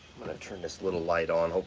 i'm gonna turn this little light on,